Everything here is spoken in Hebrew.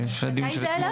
מתי זה היה?